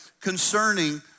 concerning